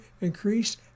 increase